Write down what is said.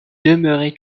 demeurait